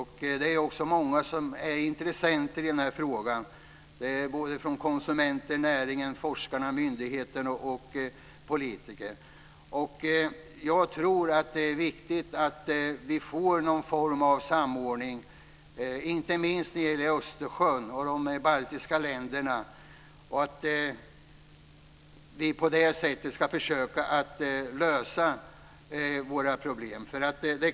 Det finns också många intressenter i den här frågan, konsumenter, forskare, myndigheter och politiker. Jag tror att det är viktigt att man får till stånd någon form av samordning, inte minst när det gäller Östersjön och de baltiska länderna. På det sättet ska vi försöka att lösa problemen.